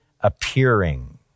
appearing